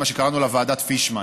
קראנו לה ועדת פישמן.